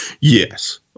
yes